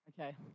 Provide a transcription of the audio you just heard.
Okay